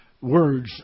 words